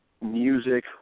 music